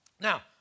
Now